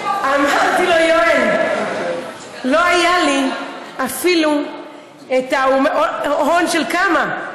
אמרתי לו: יואל, לא היה לי אפילו ההון של, כמה?